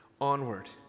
onward